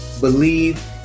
believe